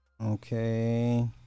Okay